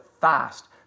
fast